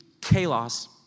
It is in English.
kalos